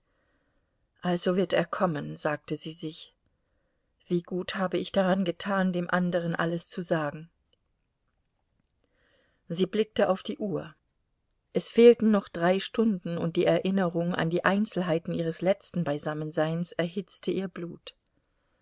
also wird er kommen sagte sie sich wie gut habe ich daran getan dem andern alles zu sagen sie blickte auf die uhr es fehlten noch drei stunden und die erinnerung an die einzelheiten ihres letzten beisammenseins erhitzte ihr blut